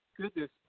goodness